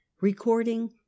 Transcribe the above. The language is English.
Recording